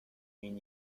این